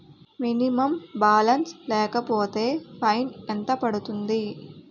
Minimum balance లేకపోతే fine ఎంత పడుతుంది?